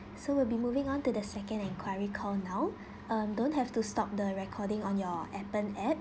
so we'll be moving onto the second enquiry call now um don't have to stop the recording on your Appen app